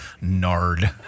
Nard